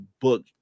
book